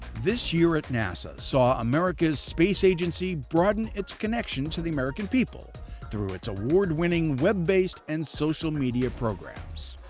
this year nasa saw america's space agency broaden its connection to the american people through its award-winning web-based and social media programs.